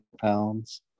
pounds